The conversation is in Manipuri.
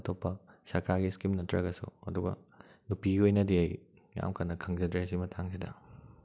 ꯑꯇꯣꯞꯄ ꯁꯔꯀꯥꯔꯒꯤ ꯏꯁꯀꯤꯝ ꯅꯠꯇ꯭ꯔꯒꯁꯨ ꯑꯗꯨꯒ ꯅꯨꯄꯤꯒꯤ ꯑꯣꯏꯅꯗꯤ ꯑꯩ ꯌꯥꯝ ꯀꯟꯅ ꯈꯪꯖꯗ꯭ꯔꯦ ꯑꯩꯁꯨ ꯃꯇꯥꯡꯁꯤꯗ